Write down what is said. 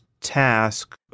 task